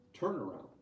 turnaround